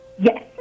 Yes